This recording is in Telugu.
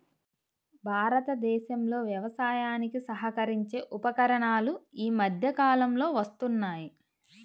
భారతదేశంలో కూడా వ్యవసాయానికి సహకరించే ఉపకరణాలు ఈ మధ్య కాలంలో వస్తున్నాయి